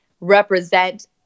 represent